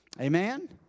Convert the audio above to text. Amen